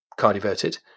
cardioverted